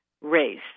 race